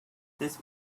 this